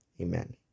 Amen